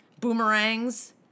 Boomerangs